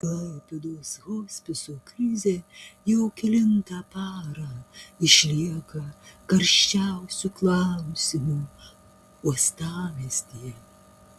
klaipėdos hospiso krizė jau kelintą parą išlieka karščiausiu klausimu uostamiestyje